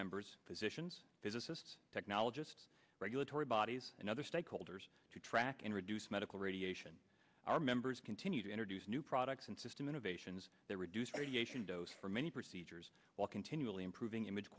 members physicians physicists technologists regulatory bodies and other stakeholders to track and reduce medical radiation our members continue to introduce new products and system innovations that reduce radiation dose for many procedures while continually improving image